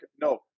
no